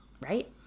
Right